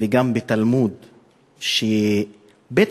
וגם בתלמוד שבית-המקדש,